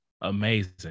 amazing